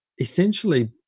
essentially